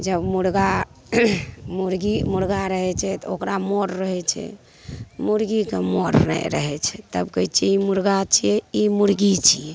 जब मुरगा मुरगी मुरगी मुरगा रहै छै तऽ ओकरा मोर रहै छै मुरगीके मोर नहि रहै छै तब कहै छिए ई मुरगा छिए ई मुरगी छिए